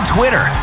Twitter